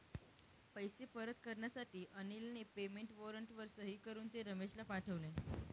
पैसे परत करण्यासाठी अनिलने पेमेंट वॉरंटवर सही करून ते रमेशला पाठवले